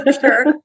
sure